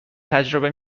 تجربه